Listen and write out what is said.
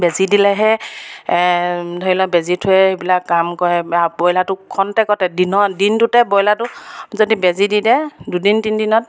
বেজী দিলেহে ধৰি লওক বেজী থুৰে এইবিলাক কাম কৰে ব্ৰইলাৰটো ক্ষন্তেকতে দিনৰ দিনটোতে ব্ৰইলাৰটো যদি বেজী দি দিয়ে দুদিন তিনিদিনত